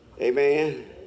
Amen